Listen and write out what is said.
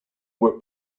were